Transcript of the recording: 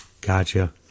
Gotcha